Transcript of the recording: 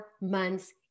months